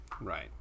right